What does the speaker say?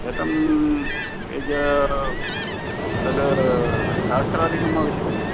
शतं पेज् तद् सहस्राधिकम् आवश्यकम्